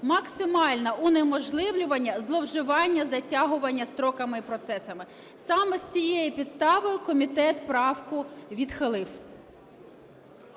максимально унеможливлювання зловживання затягування строками і процесами. Саме з цією підставою комітет правку відхилив.